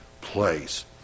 place